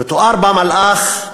מתואר בה מלאך"